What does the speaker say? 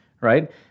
right